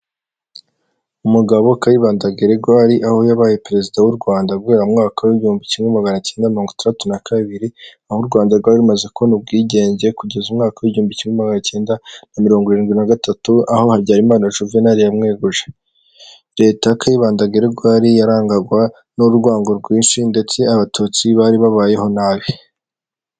Umugabo kayibandagererego ari aho yabaye perezida w'u Rwanda guhera mwaka w'ibihumbi kimwe maganacyenda na mirongoguttu na kabiri aho u Rwanda rwari rumaze kubona ubwigenge kugeza umwaka w' igihumbi cyuumi cyenda na mirongo irindwi nagatatu aho Habyarimana Juvenal yamweguje leta ya Kayibanda yarangwagwaga n'urwango rwinshi ndetse abatutsi bari babayeho nabi.